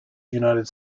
united